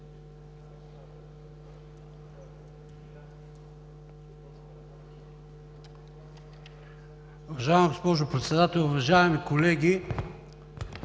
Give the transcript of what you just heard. Уважаема госпожо Председател, уважаеми колеги!